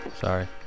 Sorry